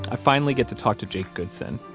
i finally get to talk to jake goodson.